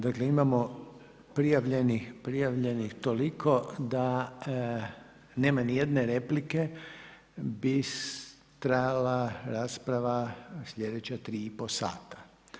Dakle imamo prijavljenih, prijavljenih toliko da nema ni jedne replike bi trajala rasprava sljedeća 3,5 sata.